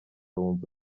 wumva